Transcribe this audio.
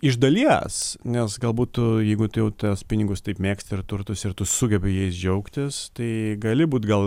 iš dalies nes galbūt tu jeigu tu jau pinigus taip mėgsti ir turtus ir tu sugebi jais džiaugtis tai gali būt gal